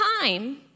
time